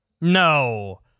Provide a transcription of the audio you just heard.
No